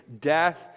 death